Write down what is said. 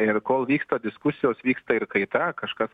ir kol vyksta diskusijos vyksta ir kaita kažkas